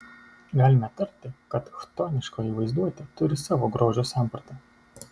galime tarti kad chtoniškoji vaizduotė turi savo grožio sampratą